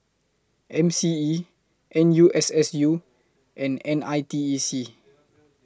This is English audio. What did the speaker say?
M C E N U S S U and N I T E C